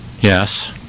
Yes